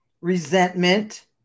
resentment